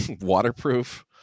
waterproof